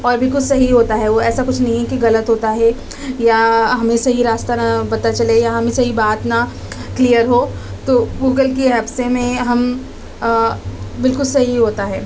اور بالکل صحیح ہوتا ہے وہ ایسا کچھ نہیں کہ غلط ہوتا ہے یا ہمیں صحیح راستہ نہ پتا چلے یا ہمیں صحیح بات نہ کلیئر ہو تو گوگل کی ہیلپ سے میں ہم بالکل صحیح ہوتا ہے